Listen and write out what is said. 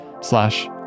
slash